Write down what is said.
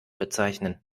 bezeichnen